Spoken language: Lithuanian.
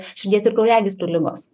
širdies ir kraujagyslių ligos